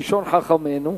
כלשון חכמינו,